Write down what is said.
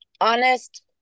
honest